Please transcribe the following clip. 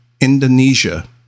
Indonesia